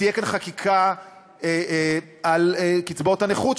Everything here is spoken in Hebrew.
ותהיה כאן חקיקה על קצבאות הנכות,